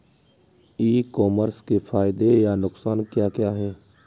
ई commerce के फायदे या नुकसान क्या क्या हैं?